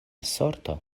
sorto